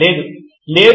లేదు లేదు